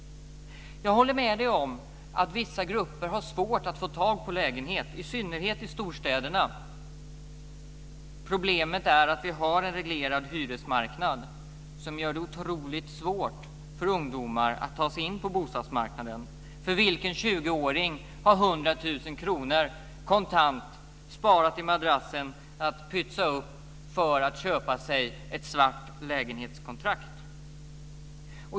Jag håller med om att vissa grupper har svårt att få tag på lägenheter, i synnerhet i storstäderna. Problemet är att vi har en reglerad hyresmarknad som gör det otroligt svårt för ungdomar att ta sig in på bostadsmarknaden. Vilken 20-åring har 100 000 kr kontant sparat i madrassen att pytsa upp för att köpa sig ett svart lägenhetskontrakt.